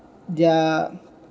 their